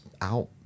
out